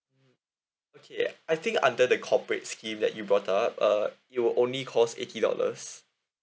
okay I think under the corporate scheme that you brought up uh it'll only cost eighty dollars